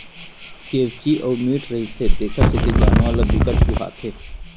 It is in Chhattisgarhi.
केंवची अउ मीठ रहिथे तेखर सेती जानवर ल बिकट सुहाथे